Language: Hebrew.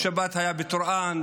בשבת היה בטורעאן,